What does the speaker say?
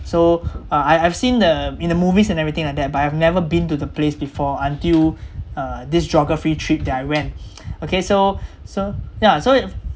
so I I've seen the in the movies and everything like that but I've never been to the place before until uh this geography trip that I went okay so so yeah so